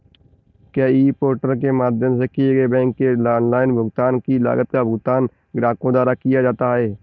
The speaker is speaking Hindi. क्या ई पोर्टल के माध्यम से किए गए बैंक के ऑनलाइन भुगतान की लागत का भुगतान ग्राहकों द्वारा किया जाता है?